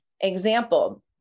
example